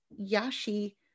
Yashi